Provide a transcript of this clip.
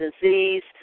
disease